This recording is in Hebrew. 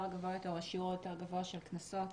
הגבוה או השיעור היותר גבוה של קנסות